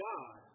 God